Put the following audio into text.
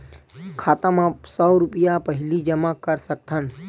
खाता मा सौ रुपिया पहिली जमा कर सकथन?